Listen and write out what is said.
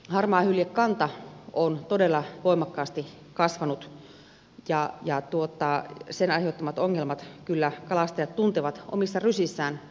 harmaahyljekanta on todella voimakkaasti kasvanut ja sen aiheuttamat ongelmat kalastajat kyllä tuntevat omissa rysissään